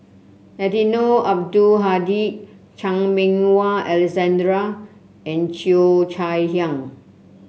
Eddino Abdul Hadi Chan Meng Wah Alexander and Cheo Chai Hiang